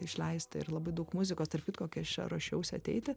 išleista ir labai daug muzikos tarp kitko kai aš čia ruošiausi ateiti